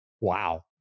wow